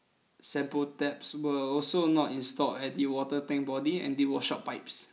sample taps were also not installed at the water tank body and they washout pipes